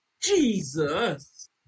Jesus